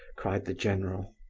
cried the general.